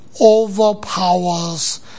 overpowers